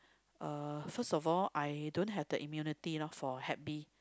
uh first of all I don't have the immunity lor for Hep B